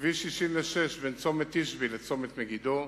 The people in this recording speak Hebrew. כביש 66 בין צומת תשבי לצומת מגידו,